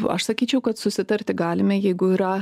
aš sakyčiau kad susitarti galime jeigu yra